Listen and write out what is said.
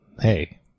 hey